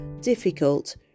difficult